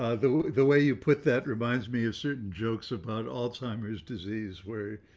ah the the way you put that reminds me of certain jokes about alzheimer's disease where,